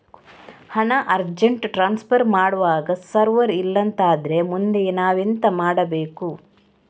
ಹಣ urgent transfer ಮಾಡ್ವಾಗ server ಇಲ್ಲಾಂತ ಆದ್ರೆ ಮುಂದೆ ನಾವೆಂತ ಮಾಡ್ಬೇಕು?